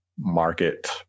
market